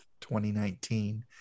2019